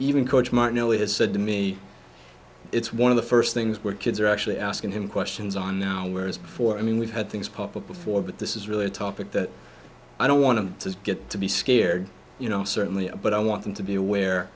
even coach martelli has said to me it's one of the first things where kids are actually asking him questions on now whereas before i mean we've had things pop up before but this is really a topic that i don't want to just get to be scared you know certainly but i want them to be aware